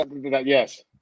yes